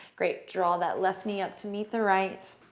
great. draw that left knee up to meet the right.